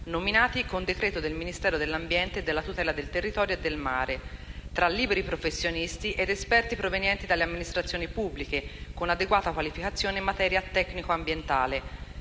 nominati, con decreto del Ministro dell'ambiente e della tutela del territorio e del mare, tra liberi professionisti ed esperti provenienti dalle amministrazioni pubbliche con adeguata qualificazione in materie tecnico-ambientali.